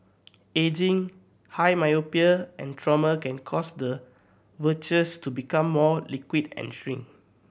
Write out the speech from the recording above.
ageing high myopia and trauma can cause the vitreous to become more liquid and shrink